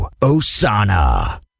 Osana